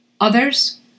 Others